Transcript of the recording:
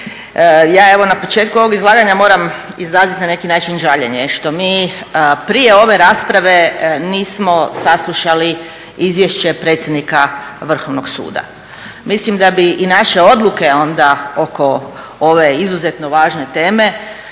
Ja evo na početku ovog izlaganja moram izraziti na neki način žaljenje što mi prije ove rasprave nismo saslušali Izvješće predsjednika Vrhovnog suda. Mislim da bi i naše odluke onda oko ove izuzetno važne teme